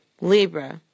Libra